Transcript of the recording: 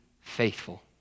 faithful